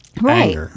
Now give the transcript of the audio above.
Right